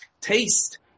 taste